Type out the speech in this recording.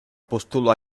postulo